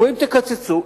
אומרים: תקצצו,